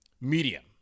medium